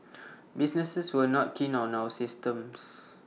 businesses were not keen on our systems